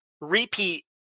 repeat